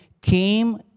came